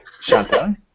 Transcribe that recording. Shanta